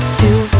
two